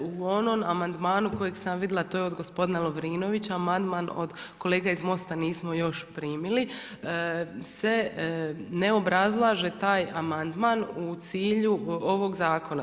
U onom amandmanu koji sam vidjela, to je od gospodina Lovrinovića, amandman od kolege iz MOST-a nismo još primili se ne obrazlaže taj amandman u cilj ovog zakona.